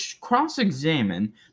cross-examine